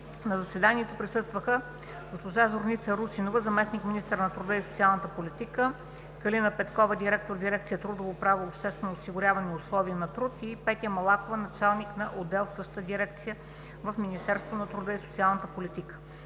На заседанието присъстваха: госпожа Зорница Русинова – заместник-министър на труда и социалната политика, Калина Петкова – директор на дирекция „Трудово право, обществено осигуряване и условия на труд“ и Петя Малакова – началник на отдел в същата дирекция в Министерството на труда и социалната политика,